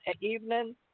evening